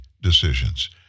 decisions